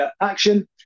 Action